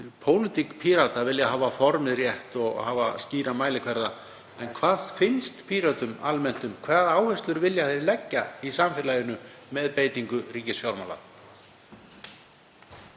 pólitík Pírata, að vilja hafa formið rétt og hafa skýra mælikvarða. En hvað finnst Pírötum almennt? Hvaða áherslur vilja þeir leggja í samfélaginu með beitingu ríkisfjármála?